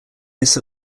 miss